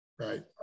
Right